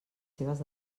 seves